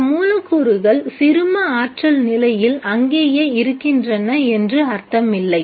அந்த மூலக்கூறுகள் சிறும ஆற்றல் நிலையில் அங்கேயே இருக்கின்றன என்று அர்த்தம் இல்லை